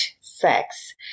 sex